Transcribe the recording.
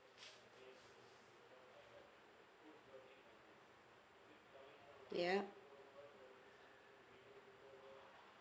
yeah